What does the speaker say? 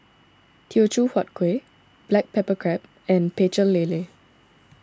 Teochew Huat Kuih Black Pepper Crab and Pecel Lele